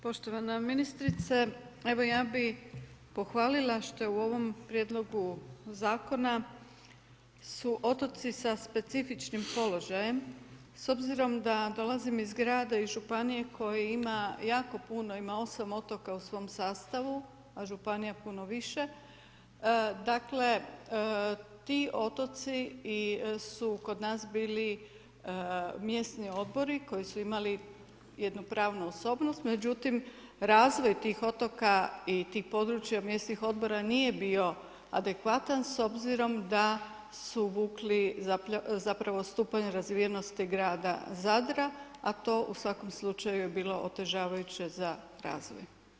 Poštovana ministrice evo ja bi pohvalila što je u ovom prijedlogu zakona su otoci sa specifičnim položajem s obzirom da dolazim iz grada i županije koji ima jako puno ima 8 otoka u svom sastavu, a županija puno više, dakle ti otoci su kod nas bili mjesni odbori koji su imali jednu pravnu osobnost, međutim razvoj tih otoka i tih područja mjesnih odbora nije bio adekvatan s obzirom da su vukli zapravo stupanj razvijenosti grada Zadra, a to u svakom slučaju je bilo otežavajuće za razvoj.